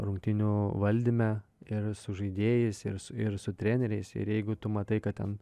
rungtynių valdyme ir su žaidėjais ir su treneriais ir jeigu tu matai kad ten